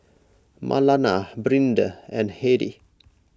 Marlana Brinda and Hedy